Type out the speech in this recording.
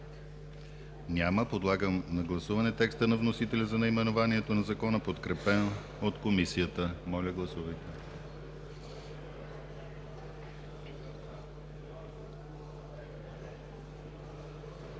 Няма. Подлагам на гласуване текста на вносителя за наименованието на Закона, подкрепен от Комисията. Гласували